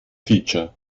feature